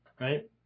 Right